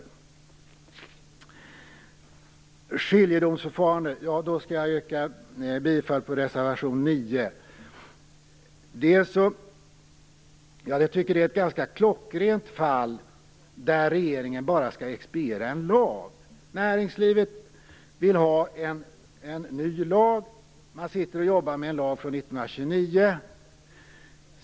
När det gäller skiljedomsförfarande yrkar jag bifall till reservation 9. Jag tycker att det är ett ganska klockrent fall där regeringen bara skall expediera en lag. Näringslivet vill ha en ny lag. Man sitter och jobbar med en lag från 1929.